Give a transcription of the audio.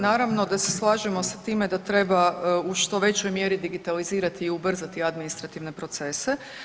Naravno da se slažemo sa time da treba u što većoj mjeri digitalizirati i ubrzati administrativne procese.